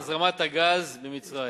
והפסקת הזרמת הגז ממצרים.